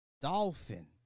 dolphin